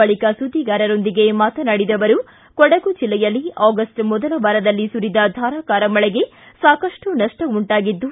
ಬಳಿಕ ಸುದ್ದಿಗಾರರೊಂದಿಗೆ ಮಾತನಾಡಿದ ಅವರು ಕೊಡಗು ಜಿಲ್ಲೆಯಲ್ಲಿ ಆಗಸ್ಟ್ ಮೊದಲ ವಾರದಲ್ಲಿ ಸುರಿದ ಧಾರಾಕಾರ ಮಳೆಗೆ ಸಾಕಷ್ಟು ನಷ್ಟ ಉಂಟಾಗಿದ್ದು